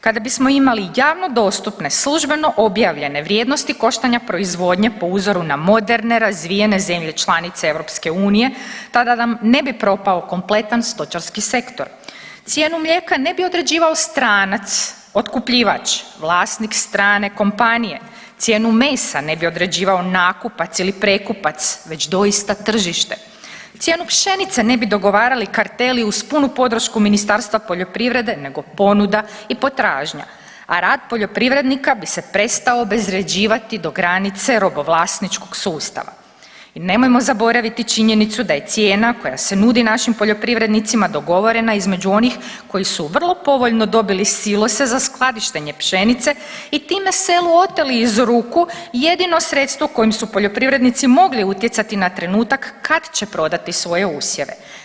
Kada bismo imali javno dostupne i službeno objavljene vrijednosti koštanja proizvodnje po uzoru na moderne razvijene zemlje članice EU tada nam ne bi propao kompletan stočarski sektor, cijenu mlijeka ne bi određivao stranac otkupljivač, vlasnik strane kompanije, cijenu mesa ne bi određivao nakupac ili prekupac već doista tržište, cijenu pšenice ne bi dogovarali karteli uz punu podršku Ministarstva poljoprivrede nego ponuda i potražnja, a rad poljoprivrednika bi se prestao obezvrjeđivati do granice robovlasničkog sustava i nemojmo zaboraviti činjenicu da je cijena koja se nudi našim poljoprivrednicima dogovorena između onih koji su vrlo povoljno dobili silose za skladištenje pšenice i time selu oteli iz ruku jedino sredstvo kojim su poljoprivrednici mogli utjecati na trenutak kad će prodati svoje usjeve.